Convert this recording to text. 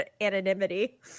anonymity